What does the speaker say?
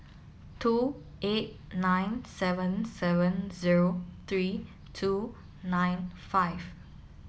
two eight nine seven seven zero three two nine five